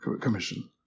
Commission